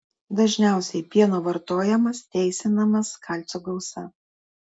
dažniausiai pieno vartojamas teisinamas kalcio gausa